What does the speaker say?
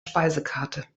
speisekarte